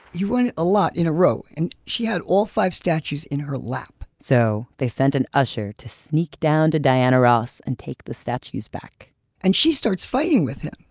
he won a lot, in a row. and she had all five statues in her lap so, they sent an usher to sneak down to diana ross and take the statues back and she starts fighting with him.